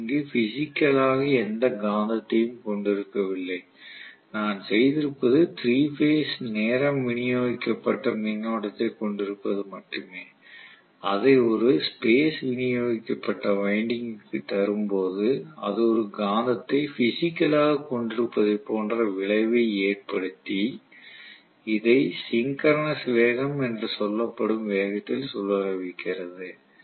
நான் இங்கு பிஸிக்கலாக எந்த காந்தத்தையும் கொண்டிருக்கவில்லை நான் செய்திருப்பது 3 பேஸ் நேரம் விநியோகிக்கப்பட்ட மின்னோட்டத்தைக் கொண்டிருப்பது மட்டுமே அதை ஒரு ஸ்பேஸ் விநியோகிக்கப்பட்ட வைண்டிங்குக்கு தரும்போது அது ஒரு காந்தத்தை பிஸிக்கலாக கொண்டிருப்பதை போன்ற விளைவை ஏற்படுத்தி இதை சிங்கரனஸ் வேகம் என சொல்லப்படும் வேகத்தில் சுழல வைக்கிறது